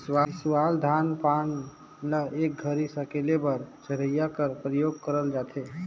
मिसावल धान पान ल एक घरी सकेले बर चरहिया कर परियोग करल जाथे